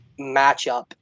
matchup